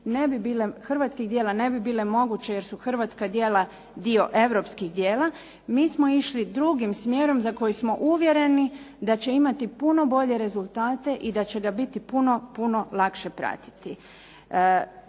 hrvatske proizvodnje ne bi bile moguće jer su hrvatska djela dio europskih djela, mi smo išli drugim smjerom za koji smo uvjereni da će imati puno bolje rezultate i da će ga biti puno, puno lakše pratiti.